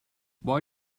why